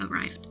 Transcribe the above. arrived